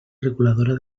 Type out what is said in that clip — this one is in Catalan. reguladora